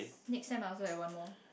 next I also have one more